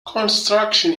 construction